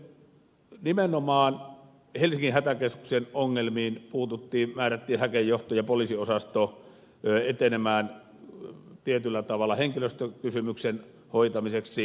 sitten nimenomaan helsingin hätäkeskuksen ongelmiin puututtiin määrättiin häken johto ja poliisiosasto etenemään tietyllä tavalla henkilöstökysymyksen hoitamiseksi